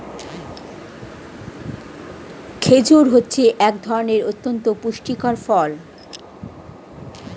খেজুর হচ্ছে এক ধরনের অতন্ত পুষ্টিকর ফল